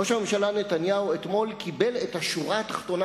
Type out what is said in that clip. ראש הממשלה נתניהו אתמול קיבל את השורה התחתונה